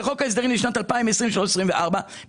ובחוק ההסדרים לשנים 2024-2023 ביקשנו,